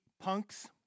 Punks